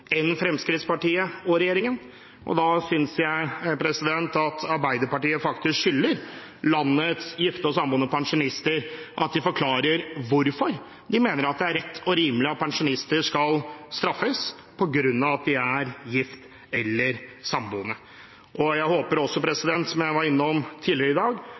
enn det som Fremskrittspartiet og regjeringen ønsker, og da synes jeg at Arbeiderpartiet faktisk skylder landets gifte og samboende pensjonister at de forklarer hvorfor de mener at det er rett og rimelig at pensjonister skal straffes på grunn av om de er gift eller samboende. Jeg håper også – som jeg var innom tidligere i dag